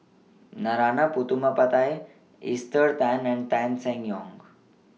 Narana Putumaippittan Esther Tan and Tan Seng Yong